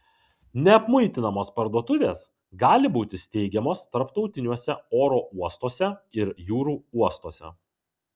neapmuitinamos parduotuvės gali būti steigiamos tarptautiniuose oro uostuose ir jūrų uostuose